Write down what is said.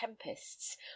tempests